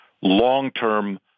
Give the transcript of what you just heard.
long-term